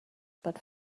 but